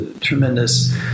tremendous